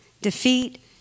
defeat